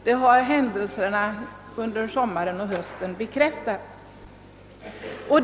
Det har händelserna under den gångna sommaren och hösten bekräftat.